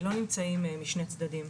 לא נמצאים משני צדדים.